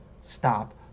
stop